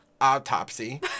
autopsy